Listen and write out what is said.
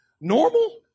normal